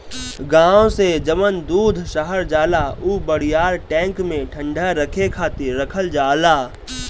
गाँव से जवन दूध शहर जाला उ बड़ियार टैंक में ठंडा रखे खातिर रखल जाला